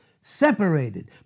separated